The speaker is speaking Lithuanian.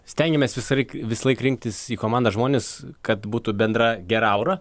stengiamės visąraik visąlaik rinktis į komandą žmones kad būtų bendra gera aura